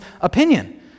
opinion